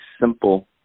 simple